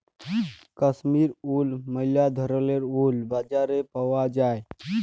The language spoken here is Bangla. কাশ্মীর উল ম্যালা ধরলের উল বাজারে পাউয়া যায়